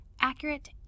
accurate